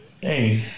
Hey